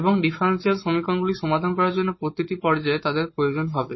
এবং ডিফারেনশিয়াল সমীকরণগুলি সমাধান করার জন্য প্রতিটি পর্যায়ে তাদের প্রয়োজন হবে